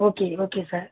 okay okay sir